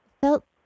felt